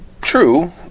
True